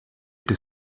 que